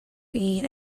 eat